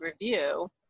review